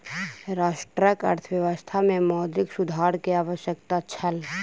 राष्ट्रक अर्थव्यवस्था में मौद्रिक सुधार के आवश्यकता छल